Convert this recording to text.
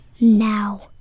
Now